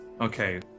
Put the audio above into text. Okay